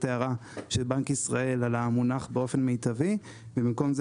ההערה של בנק ישראל על המונח 'באופן מיטבי' ובעקבות זה